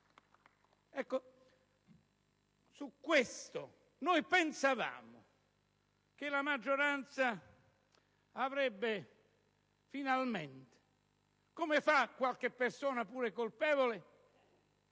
Su questo pensavamo che la maggioranza avrebbe finalmente, come fa qualche persona pure colpevole,